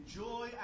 joy